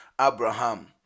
Abraham